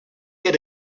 get